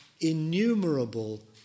innumerable